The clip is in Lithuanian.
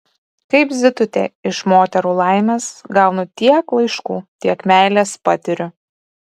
kaip zitutė iš moterų laimės gaunu tiek laiškų tiek meilės patiriu